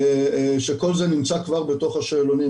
שכל זה נמצא כבר בתוך השאלונים,